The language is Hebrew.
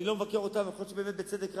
אני לא מבקר אותם, יכול להיות שבאמת בצדק רב,